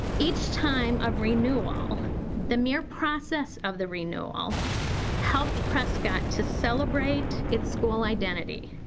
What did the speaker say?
each time of renewal the mere process of the renewal helped prescott to celebrate it's school identity.